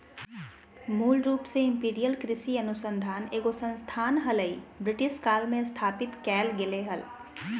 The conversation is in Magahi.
मूल रूप से इंपीरियल कृषि अनुसंधान एगो संस्थान हलई, ब्रिटिश काल मे स्थापित कैल गेलै हल